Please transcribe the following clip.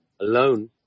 alone